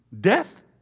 Death